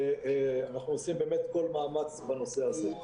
ואנחנו עושים באמת כל מאמץ בנושא הזה.